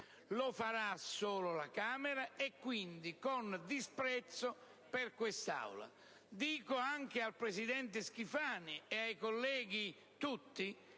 Lo farà solo la Camera, e quindi con disprezzo per quest'Assemblea. Dico anche al presidente Schifani, e ai colleghi tutti,